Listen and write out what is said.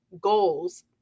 goals